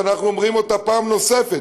שאנחנו אומרים אותה פעם נוספת,